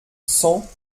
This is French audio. cent